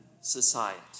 society